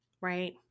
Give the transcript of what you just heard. right